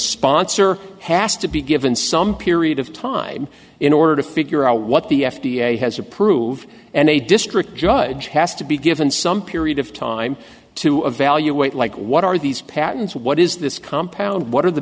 sponsor has to be given some period of time in order to figure out what the f d a has approved and a district judge has to be given some period of time to evaluate like what are these patents what is this compound what are the